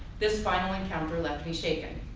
this final encounter left me shaken.